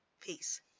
Peace